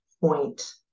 point